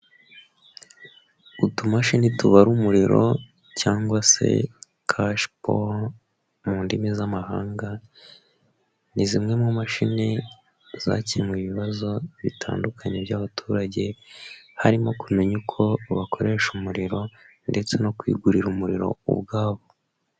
Utumashini tubara umuriro cyangwa se kashi pawa mu ndimi z'amahanga. Ni zimwe mu mashini zakemuye ibibazo bitandukanye by'abaturage, harimo kumenya uko bakoresha umuriro ndetse no kwigurira umuriro ubwabo.